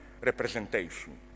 representation